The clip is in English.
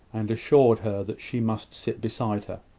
and assured her that she must sit beside her.